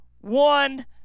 one